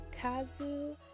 Kazu